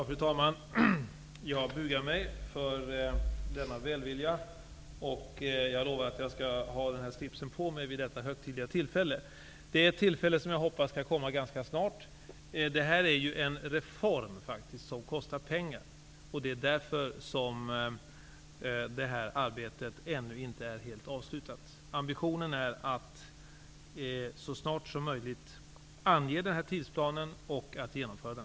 Fru talman! Jag bugar mig för denna välvilja. Jag lovar att jag skall ha slipsen på mig vid det högtidliga tillfället. Det är ett tillfälle som jag hoppas skall komma ganska snart. Detta är en reform som kostar pengar. Det är därför som arbetet ännu inte är helt avslutat. Ambitionen är att så snart som möjligt ange tidsplanen och att genomföra den.